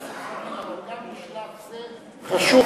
חבר הכנסת חנין,